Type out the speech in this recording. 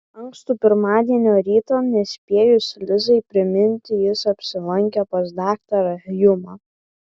ankstų pirmadienio rytą nespėjus lizai priminti jis apsilankė pas daktarą hjumą